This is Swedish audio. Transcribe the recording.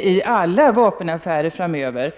till alla vapenaffärer framöver.